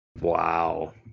Wow